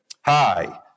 Hi